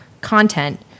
content